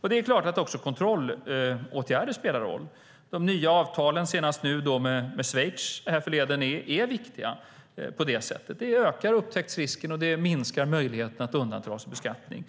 Det är klart att kontrollåtgärder också spelar roll. De nya avtalen, senast med Schweiz, är viktiga. De ökar upptäcktsrisken och minskar möjligheten att undandra sig beskattning.